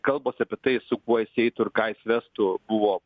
kalbos apie tai su kuo jis eitų ir ką jis vestų buvo